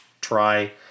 try